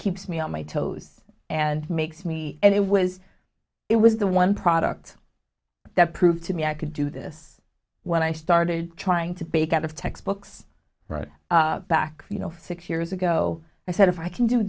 keeps me on my toes and makes me and it was it was the one product that proved to me i could do this when i started trying to break out of textbooks right back you know six years ago i said if i can do